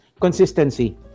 consistency